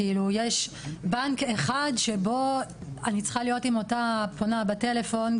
יש בנק אחד שבו אני צריכה להיות עם אותה פונה בטלפון,